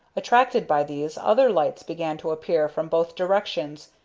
attracted by these, other lights began to appear from both directions,